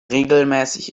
regelmäßig